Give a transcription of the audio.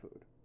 food